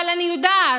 אבל אני יודעת,